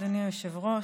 אדוני היושב-ראש,